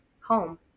home